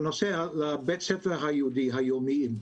בתי הספר היהודיים היומיים.